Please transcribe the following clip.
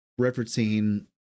referencing